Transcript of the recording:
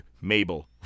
Mabel